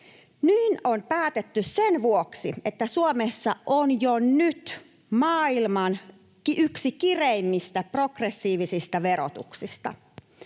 Niin on päätetty sen vuoksi, että Suomessa on jo nyt yksi maailman kireimmistä progressiivisista verotuksista.